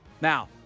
Now